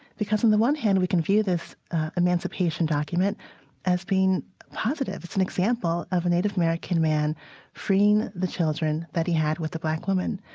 because, on the one hand, we can view this emancipation document as being positive. it's an example of a native american man freeing the children that he had with the black woman.